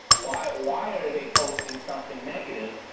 why why are they posting something negative?